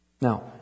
Now